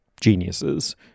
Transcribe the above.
geniuses